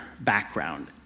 background